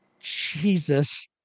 Jesus